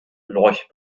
lorch